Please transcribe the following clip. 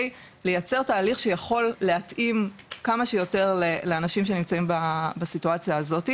לייצר תהליך שיכול להתאים כמה שיותר לאנשים שנמצאים בסיטואציה הזאת.